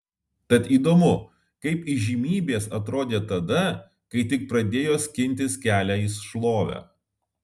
tad įdomu kaip įžymybės atrodė tada kai tik pradėjo skintis kelią į šlovę